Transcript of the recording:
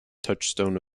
touchstone